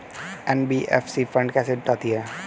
NBFC fund कैसे जुटाती है?